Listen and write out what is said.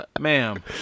ma'am